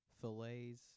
fillets